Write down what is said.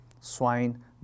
swine